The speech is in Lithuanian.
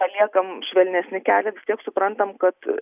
paliekam švelnesnį kelią vis tiek suprantam kad